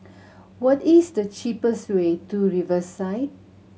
what is the cheapest way to Riverside